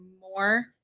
more